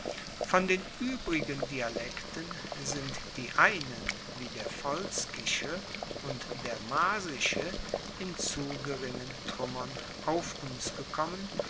von den uebrigen dialekten sind die einen wie der volskische und der marsische in zu geringen truemmern auf uns gekommen